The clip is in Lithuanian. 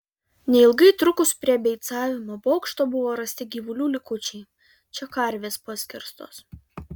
neilgai trukus prie beicavimo bokšto buvo rasti gyvulių likučiai čia karvės paskerstos